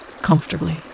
comfortably